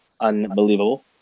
unbelievable